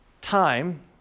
time